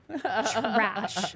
Trash